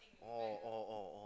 all all all all